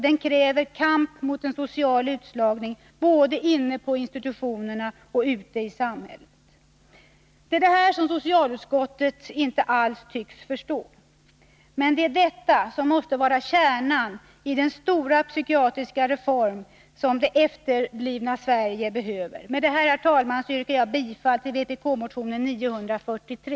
Den kräver kamp mot social utslagning både inne på institutionerna och ute i samhället. Det är detta som socialutskottet inte alls tycks förstå. Men det är detta som måste vara kärnan i den stora psykiatriska reform som det efterblivna Sverige behöver. Med detta yrkar jag, herr talman, bifall till vpk-motion 943.